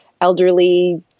elderly